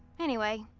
anyway,